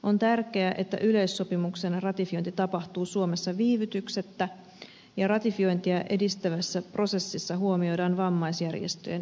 on tärkeää että yleissopimuksen ratifiointi tapahtuu suomessa viivytyksettä ja ratifiointia edistävässä prosessissa huomioidaan vammaisjärjestöjen edustajia